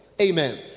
amen